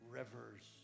rivers